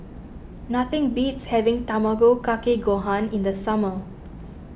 nothing beats having Tamago Kake Gohan in the summer